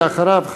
ואחריו,